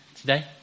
today